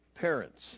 parents